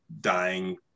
dying